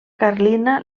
carlina